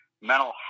mental